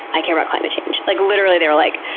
i care about climate change. like literally they were like,